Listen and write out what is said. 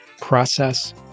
process